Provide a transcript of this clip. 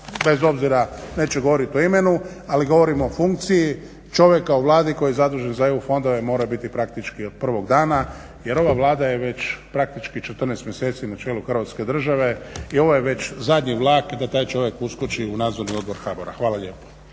bez obzira neću govoriti o imenu, ali govorim o funkciji, čovjeka u Vladi koji je zadužen za EU fondove mora biti praktički od prvog dana jer ova Vlada je već praktički 14 mjeseci na čelu Hrvatske države i ovo je već zadnji vlak da taj čovjek uskoči u Nadzorni odbor HBOR-a. Hvala lijepa.